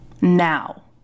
now